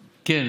כן.